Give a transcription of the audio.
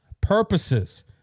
purposes